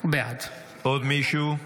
בעד עוד מישהו?